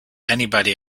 anybody